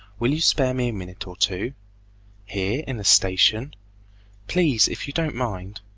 will you spare me a minute or two here? in the station please if you don't mind